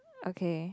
okay